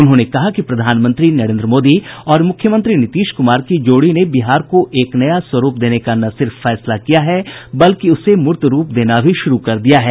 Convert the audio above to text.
उन्होंने कहा कि प्रधानमंत्री नरेंद्र मोदी और मूख्यमंत्री नीतीश कुमार की जोड़ी ने बिहार को एक नया स्वरूप देने का न सिर्फ निर्णय लिया है बल्कि उसे मूर्तरूप देना भी शुरू कर दिया है